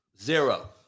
Zero